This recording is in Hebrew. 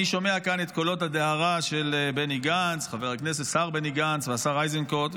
אני שומע כאן את קולות הדהרה של חבר הכנסת השר בני גנץ והשר איזנקוט,